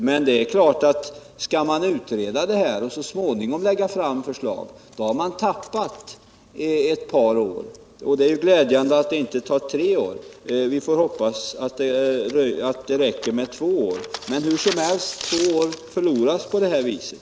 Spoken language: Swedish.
Men skall man utreda frågan och först så småningom lägga fram förslag, då tappar man ett par år. Det är glädjande att det inte kommer att ta tre år, och vi får hoppas att det bara rör sig om två år, men hur som helst förlorar vi tid på det här viset.